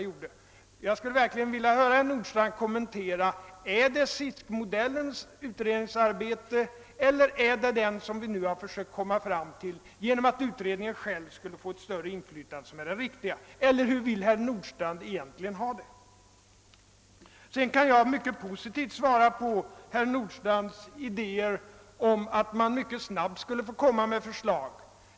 Jag skulle verkligen vilja höra herr Nordstrandh kommentera: Är det SISK-modellens utredningsarbete som är det riktiga eller är det den modell vi själva försökt komma fram till genom att utredningen skulle få ett större inflytande? Hur vill herr Nordstrandh egentligen ha det? Sedan kan jag positivt svara på herr Nordstrandhs idéer om att man mycket snabbt skulle få framlägga förslag.